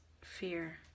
fear